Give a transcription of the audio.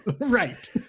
Right